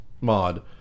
mod